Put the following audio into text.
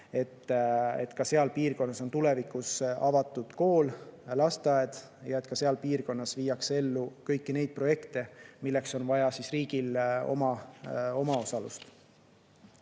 et seal piirkonnas on ka tulevikus avatud kool, lasteaed ja seal piirkonnas viiakse ellu kõiki neid projekte, milleks on vaja riigil omaosalust.